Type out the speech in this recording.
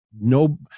no